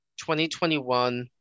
2021